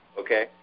Okay